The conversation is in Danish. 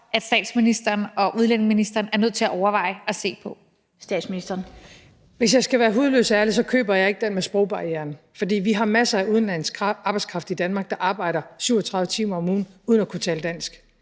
Statsministeren. Kl. 14:20 Statsministeren (Mette Frederiksen): Hvis jeg skal være hudløst ærlig, køber jeg ikke den med sprogbarrieren, for vi har masser af udenlandsk arbejdskraft i Danmark, der arbejder 37 timer om ugen uden at kunne tale dansk.